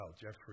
Jeffrey